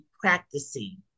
practicing